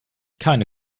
keine